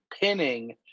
pinning